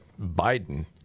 Biden